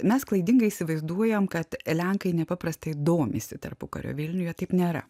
mes klaidingai įsivaizduojam kad lenkai nepaprastai domisi tarpukario vilniuje taip nėra